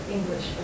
English